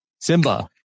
Simba